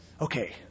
Okay